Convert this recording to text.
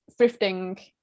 thrifting